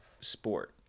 sport